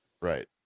Right